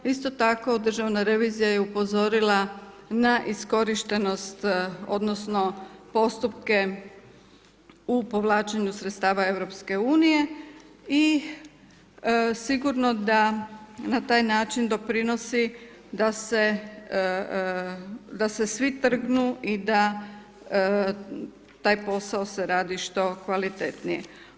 Isto tako Državna revizija je upozorila na iskorištenost odnosno postupke u povlačenju sredstava Europske unije i sigurno da na taj način doprinosi da se svi trgnu i da taj posao se radi što kvalitetnije.